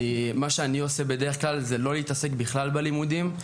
מה שאני עושה בדרך כלל זה לא להתעסק בכלל בלימודים.